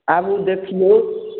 आबु देखिऔ